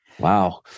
Wow